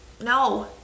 No